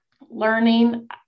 learning